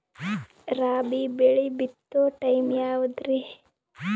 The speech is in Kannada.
ರಾಬಿ ಬೆಳಿ ಬಿತ್ತೋ ಟೈಮ್ ಯಾವದ್ರಿ?